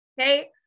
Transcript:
Okay